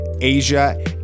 Asia